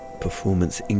performance